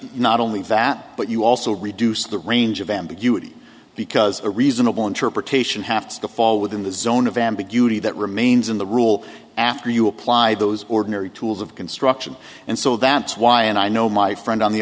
not only that but you also reduce the range of ambiguity because a reasonable interpretation have to fall within the zone of ambiguity that remains in the rule after you apply those ordinary tools of construction and so that's why and i know my friend on the